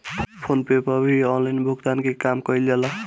phone पे पअ भी online भुगतान के काम कईल जाला